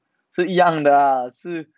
所以一样的啦是